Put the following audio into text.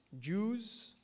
Jews